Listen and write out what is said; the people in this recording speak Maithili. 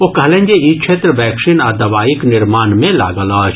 ओ कहलनि जे ई क्षेत्र वैक्सीन आ दवाईक निर्माण मे लागल अछि